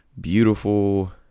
beautiful